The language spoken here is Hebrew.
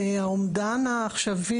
האומדן העכשווי,